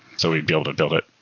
so we'd be able to build it.